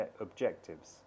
objectives